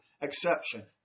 exception